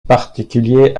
particulier